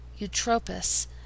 Eutropus